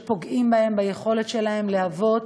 שפוגעים בהן וביכולת שלהן לחיות